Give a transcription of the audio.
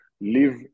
live